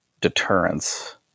deterrence